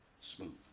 smooth